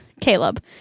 Caleb